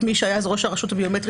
את מי שהיה אז ראש הרשות הביומטרית,